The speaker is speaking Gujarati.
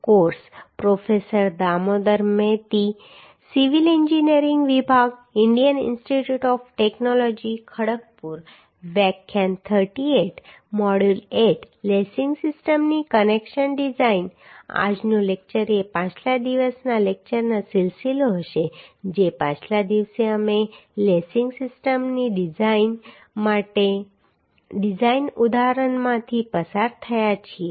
આજનું લેક્ચર એ પાછલા દિવસના લેક્ચરનું સિલસિલો હશે જે પાછલા દિવસે અમે લેસિંગ સિસ્ટમની ડિઝાઈનિંગ માટે ડિઝાઇન ઉદાહરણમાંથી પસાર થયા છીએ